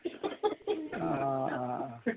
अ अ